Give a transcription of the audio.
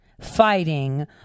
fighting